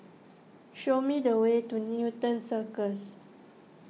show me the way to Newton Circus